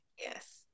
Yes